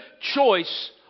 choice